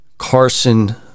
Carson